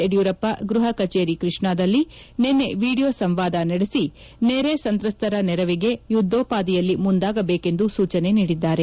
ಯಡಿಯೂರಪ್ಪ ಗೃಪ ಕಚೇರಿ ಕೃಷ್ಣಾದಲ್ಲಿ ನಿನ್ನೆ ವಿಡಿಯೋ ಸಂವಾದ ನಡೆಸಿ ನೆರೆ ಸಂತ್ರಸ್ತರ ನೆರವಿಗೆ ಯುದ್ದೋಪಾದಿಯಲ್ಲಿ ಮುಂದಾಗಬೇಕೆಂದು ಸೂಚನೆ ನೀಡಿದ್ದಾರೆ